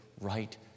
right